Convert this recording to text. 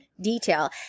detail